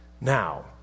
Now